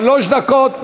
שלוש דקות,